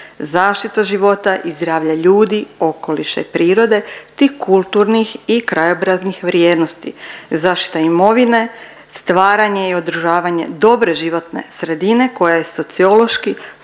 zaštita života i zdravlja ljudi, okoliša i prirode, te kulturnih i krajobraznih vrijednosti, zaštita imovine, stvaranje i održavanje dobre životne sredine koja je sociološki,